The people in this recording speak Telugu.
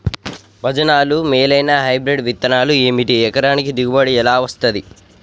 భజనలు మేలైనా హైబ్రిడ్ విత్తనాలు ఏమిటి? ఎకరానికి దిగుబడి ఎలా వస్తది?